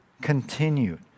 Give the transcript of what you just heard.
continued